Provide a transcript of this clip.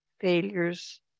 failures